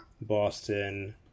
boston